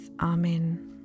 Amen